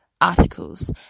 articles